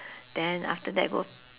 then after that go